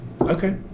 okay